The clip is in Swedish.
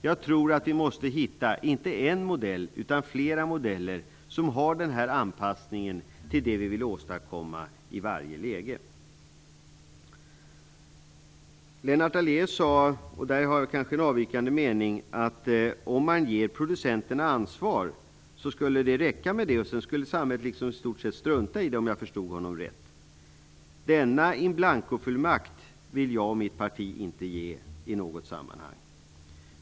Jag tror att vi måste hitta inte en modell utan flera modeller som innebär anpassning till det vi vill åstadkomma i varje läge. Lennart Daléus sade, och där har jag en avvikande mening, att om man ger producenterna ansvar räcker det med det. Samhället skulle sedan i stort sett strunta i det, om jag förstod honom rätt. Denna in blancofullmakt vill jag och mitt parti inte ge i något sammanhang.